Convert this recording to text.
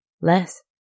Less